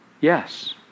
yes